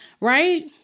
right